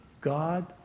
God